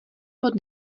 pod